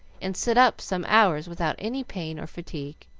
and sit up some hours without any pain or fatigue.